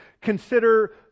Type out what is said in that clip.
Consider